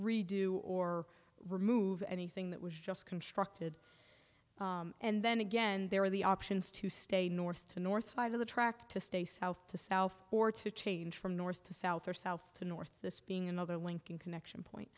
redo or remove anything that was just constructed and then again there are the options to stay north to the north side of the track to stay south to south or to change from north to south or south to north this being another linking connection point